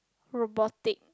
robotic